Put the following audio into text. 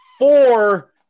Four